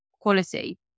quality